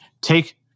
take